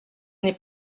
n’est